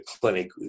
clinic